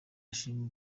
ashima